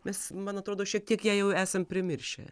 nes man atrodo šiek tiek jei jau esam primiršę